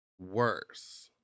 Worse